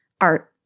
art